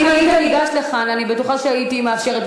אם היית ניגש לכאן, אני בטוחה שהייתי מאפשרת.